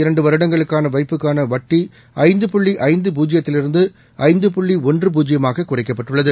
இரண்டுவருடங்களுக்கானவைப்புக்கானவட்டிஐந்து புள்ளிஐந்து ஒராண்டுமுதல் பூஜ்யத்திலிருந்துஐந்து புள்ளிஒன்று பூஜ்யமாககுறைக்கப்பட்டுள்ளது